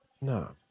No